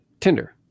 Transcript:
Tinder